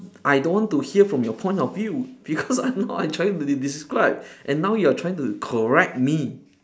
I don't want to hear from your point of view because I know what I'm trying to describe and now you are trying to correct me